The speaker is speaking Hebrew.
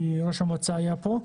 כי ראש המועצה היה פה,